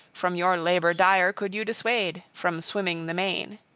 from your labor dire could you dissuade, from swimming the main.